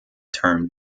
term